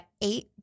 eight